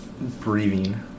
breathing